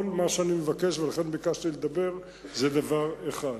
כל מה שאני מבקש, ולכן ביקשתי לדבר, זה דבר אחד.